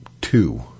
two